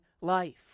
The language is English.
life